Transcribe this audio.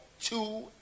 two